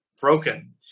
broken